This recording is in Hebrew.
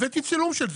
הבאתי צילום של זה.